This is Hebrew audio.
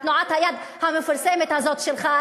את תנועת היד המפורסמת הזאת שלך,